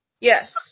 Yes